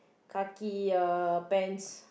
khaki uh pants